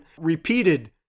repeated